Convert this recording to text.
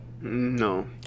No